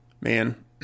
Man